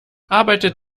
arbeitet